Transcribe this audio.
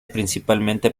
principalmente